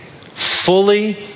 fully